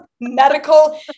medical